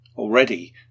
Already